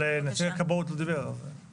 אבל נציג הכבאות לא דיבר, אז.